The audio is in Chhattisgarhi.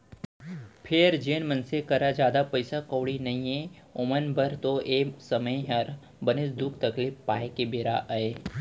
फेर जेन मनसे करा जादा पइसा कउड़ी नइये ओमन बर तो ए समे हर बनेच दुख तकलीफ पाए के बेरा अय